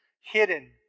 hidden